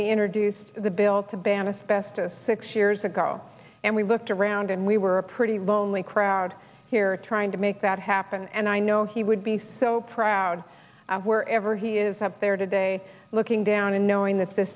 we introduced the bill to ban a spece to six years ago and we looked around and we were a pretty lonely crowd here trying to make that happen and i know he would be so proud of wherever he is up there today looking down and knowing that the